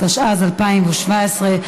התשע"ז 2017,